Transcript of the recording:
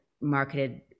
marketed